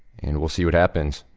and, we'll see what happens.